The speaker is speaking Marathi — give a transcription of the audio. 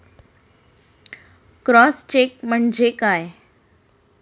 क्रॉस चेक म्हणजे काय?